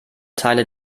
teile